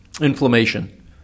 Inflammation